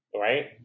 Right